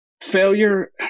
Failure